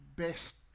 best